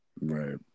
Right